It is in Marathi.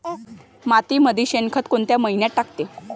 मातीमंदी शेणखत कोनच्या मइन्यामंधी टाकाव?